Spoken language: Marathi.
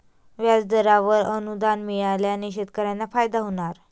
व्याजदरावर अनुदान मिळाल्याने शेतकऱ्यांना फायदा होणार